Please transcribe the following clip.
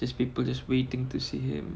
as people just waiting to see him